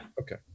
Okay